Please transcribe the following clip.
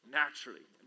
naturally